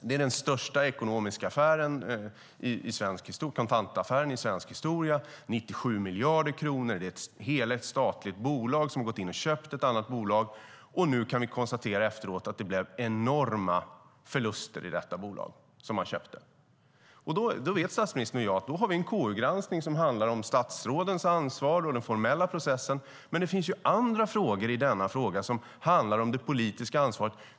Det är den största ekonomiska kontantaffären i svensk historia - 97 miljarder kronor. Det är ett helägt statligt bolag som har gått in och köpt ett annat bolag. Och nu kan vi efteråt konstatera att det blev enorma förluster i detta bolag som man köpte. Då vet statsministern och jag att vi har en KU-granskning som handlar om statsrådens ansvar och den formella processen, men det finns ju andra frågor om denna affär som handlar om det politiska ansvaret.